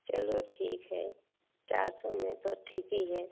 चलो ठीक है चार सौ में तो ठीक ही है